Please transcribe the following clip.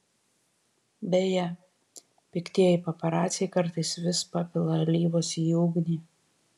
beje piktieji paparaciai kartais vis papila alyvos į ugnį